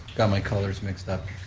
got my colors mixed up.